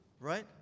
right